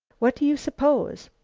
what do you suppose?